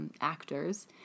actors